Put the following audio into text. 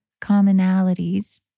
commonalities